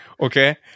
Okay